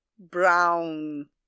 Brown